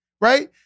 right